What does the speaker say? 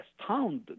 astounded